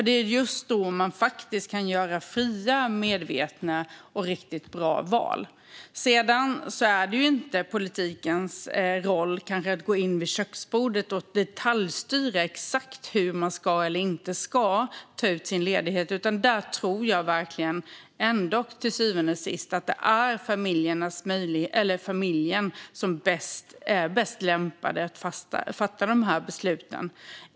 Det är just då man kan göra fria, medvetna och riktigt bra val. Det är kanske inte politikens roll att gå in vid köksbordet och detaljstyra exakt hur man ska eller inte ska ta ut sin ledighet. Där tror jag ändå att det till syvende och sist är familjerna som är bäst lämpade att fatta de besluten.